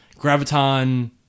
Graviton